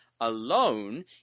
alone